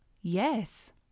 Yes